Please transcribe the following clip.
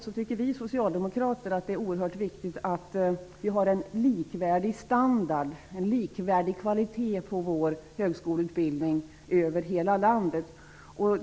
Vi socialdemokrater tycker att det är viktigt med en likvärdig standard och kvalitet på högskoleutbildningen i hela landet.